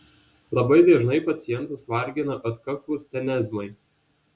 labai dažnai pacientus vargina atkaklūs tenezmai